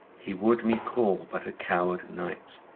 he would me call but a coward knight,